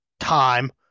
time